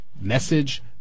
message